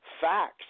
facts